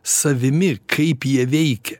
savimi kaip jie veikia